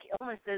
illnesses